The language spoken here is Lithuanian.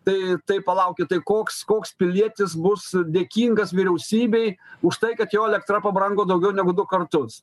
tai tai palaukit tai koks koks pilietis bus dėkingas vyriausybei už tai kad jo elektra pabrango daugiau negu du kartus